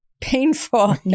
Painful